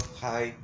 hi